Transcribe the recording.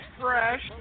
fresh